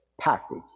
passage